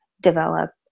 develop